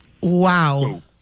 Wow